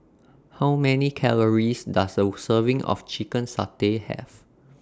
How Many Calories Does A Serving of Chicken Satay Have